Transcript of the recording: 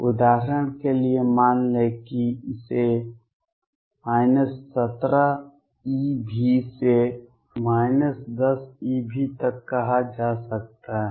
उदाहरण के लिए मान लें कि इसे 17 eV से 10 eV तक कहा जा सकता है